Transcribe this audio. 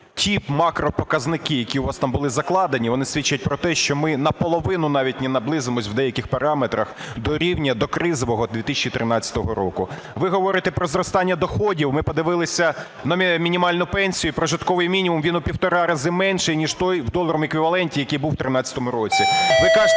ті макропоказники, які у вас там були закладені, вони свідчать про те, що ми наполовину навіть не наблизимося в деяких параметрах до рівня докризового 2013 року. Ви говорите про зростання доходів, ми подивилися на мінімальну пенсію і прожитковий мінімум: він у 1,5 рази менший, ніж той в доларовому еквіваленті, який був у 13-му році. Ви кажете